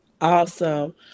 awesome